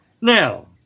now